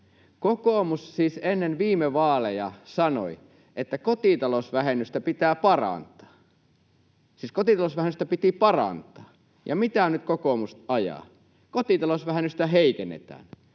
Kokoomus siis ennen viime vaaleja sanoi, että kotitalousvähennystä pitää parantaa — siis kotitalousvähennystä piti parantaa. Ja mitä nyt kokoomus ajaa? Kotitalousvähennystä heikennetään.